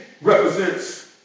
represents